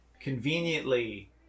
conveniently